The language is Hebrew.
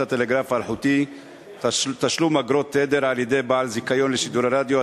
הטלגרף האלחוטי (תשלום אגרות תדר על-ידי בעל זיכיון לשידורי רדיו),